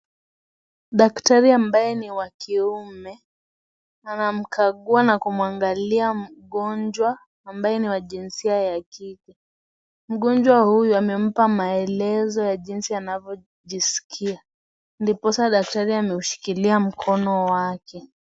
Daktari ambaye ni wa kiume anamkagua na kumwangalia mgonjwa ambaye ni wa jinsia ya kike, mgonjwa huyu amempa maelezo ya jinsi anavyojiskia, ndiposa daktari ameshikili mkono wake.